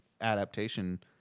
adaptation